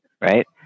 Right